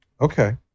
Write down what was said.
Okay